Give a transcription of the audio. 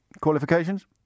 Qualifications